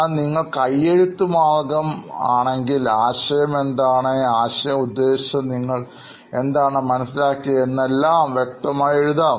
എന്നാൽ നിങ്ങൾ കൈയെഴുത്തു മാർഗ്ഗം ആണെങ്കിൽ ആശയം എന്താണ് ആശയം ഉദ്ദേശിച്ച നിങ്ങൾ എന്താണ് മനസിലാക്കിയത് എന്നിവയെല്ലാം വ്യക്തമായി എഴുതാം